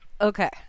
Okay